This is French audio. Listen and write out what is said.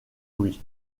louis